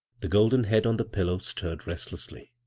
the golden head on the pillow stirred rest lessly.